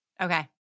Okay